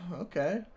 Okay